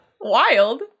Wild